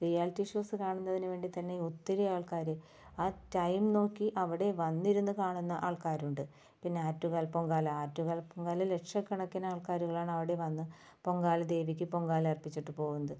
reality shows കാണുന്നതിന് വേണ്ടി തന്നെ ഒത്തിരി ആൾക്കാർ ആ ടൈം നോക്കി അവിടെ വന്നിരുന്നു കാണുന്ന ആൾക്കാരുണ്ട് പിന്നെ ആറ്റുകാൽ പൊങ്കാല ആറ്റുകാൽ പൊങ്കാല ലക്ഷക്കണക്കിന് ആൾക്കാര്കളാണ് അവിടെ വന്ന് പൊങ്കാല ദേവിക്ക് പൊങ്കാല അർപ്പിച്ചിട്ട് പോകുന്നത്